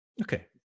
Okay